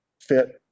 fit